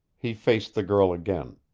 he faced the girl again.